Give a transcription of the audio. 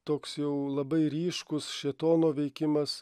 toks jau labai ryškūs šėtono veikimas